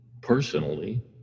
personally